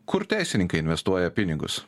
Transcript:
kur teisininkai investuoja pinigus